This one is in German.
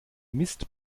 mist